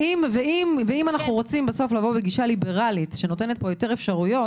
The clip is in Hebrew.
ואם אנחנו רוצים בסוף לבוא בגישה ליברלית שנותנת פה יותר אפשרויות,